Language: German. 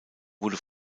wurde